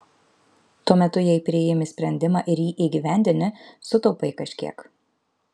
tuo metu jei priimi sprendimą ir jį įgyvendini sutaupai kažkiek